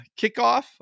kickoff